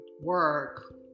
work